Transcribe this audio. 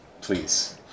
Please